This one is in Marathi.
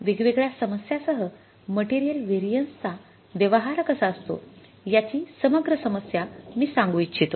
वेगवेगळ्या समस्यांसह मटेरियल व्हेरिएन्सचा व्यवहार कसा असतो याची समग्र समस्या मी सांगू इच्छितो